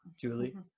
Julie